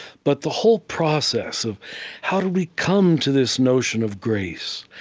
but the whole process of how do we come to this notion of grace?